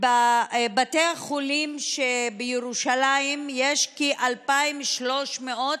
בבתי החולים בירושלים יש כ-2,300,